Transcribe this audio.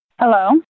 Hello